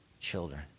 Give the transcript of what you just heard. children